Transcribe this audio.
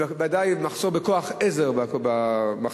בוודאי מחסור בכוח עזר במחלקות,